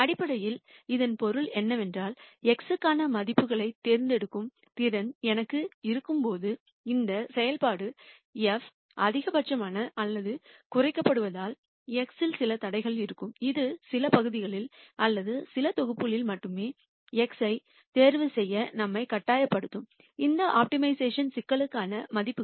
அடிப்படையில் இதன் பொருள் என்னவென்றால் x க்கான மதிப்புகளைத் தேர்ந்தெடுக்கும் திறன் எனக்கு இருக்கும்போது இந்த செயல்பாடு f அதிகபட்சமாக அல்லது குறைக்கப்படுவதால் x இல் சில தடைகள் இருக்கும் இது சில பகுதிகளில் அல்லது சில தொகுப்புகளில் மட்டுமே x ஐ தேர்வு செய்ய நம்மை கட்டாயப்படுத்தும் இந்த ஆப்டிமைசேஷன் சிக்கலுக்கான மதிப்புகள்